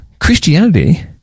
Christianity